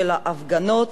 של הפגנות,